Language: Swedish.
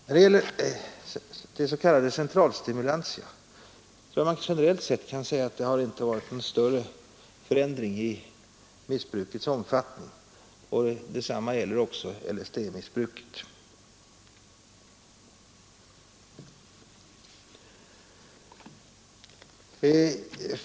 När det gäller de s.k. centralstimulantia kan man generellt säga att det inte har inträtt någon större förändring i missbrukets omfattning. Detsamma gäller LSD-missbruket.